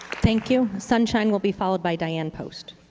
thank you. sunshine will be followed by diane post.